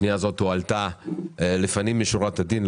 הפנייה הזאת הועלתה לפנים משורת הדין,